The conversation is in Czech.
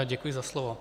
Děkuji za slovo.